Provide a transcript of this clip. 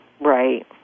Right